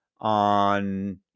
on